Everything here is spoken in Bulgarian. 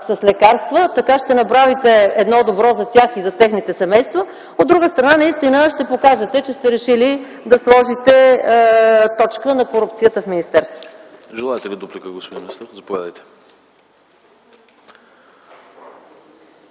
с лекарства. Така ще направите едно добро за тях и за техните семейства. От друга страна, наистина ще покажете, че сте решили да сложите точка на корупцията в министерството.